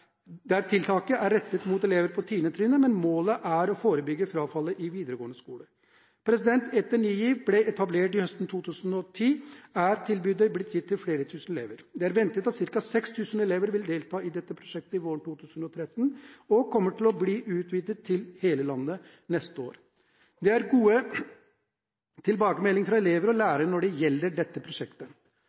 Der er tiltakene rettet mot elever på tiende trinn, men målet er å forebygge frafallet i videregående skole. Etter at Ny GIV ble etablert høsten 2010, er tilbudet blitt gitt til flere tusen elever. Det er ventet at ca. 6 000 elever vil delta i dette prosjektet våren 2013, og prosjektet kommer til å bli utvidet til hele landet neste år. Det er gode tilbakemeldinger fra elever og lærere når det gjelder dette prosjektet.